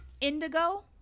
indigo